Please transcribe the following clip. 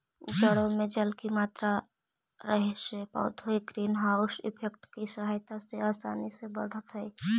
जड़ों में जल की मात्रा रहे से पौधे ग्रीन हाउस इफेक्ट की सहायता से आसानी से बढ़त हइ